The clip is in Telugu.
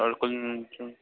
కొంచెం